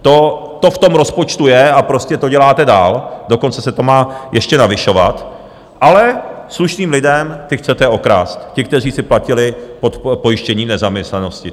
To v tom rozpočtu je, a prostě to děláte dál, dokonce se to má ještě navyšovat, ale slušným lidem, ty chcete okrást, ty, kteří si platili pojištění v nezaměstnanosti.